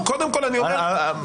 אבל קודם אני אומר --- מובן.